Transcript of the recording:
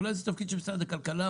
אולי זה תפקיד של משרד הכלכלה,